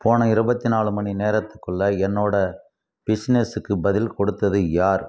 போன இருபத்தி நாலு மணி நேரத்துக்குள்ள என்னோட பிசினஸுக்கு பதில் கொடுத்தது யார்